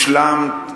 השלמת,